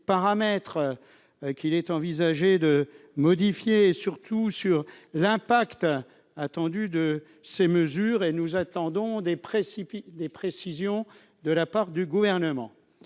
paramètres qu'il est envisagé de modifier, et surtout sur l'impact attendu de ces mesures. Nous attendons des précisions de la part du Gouvernement.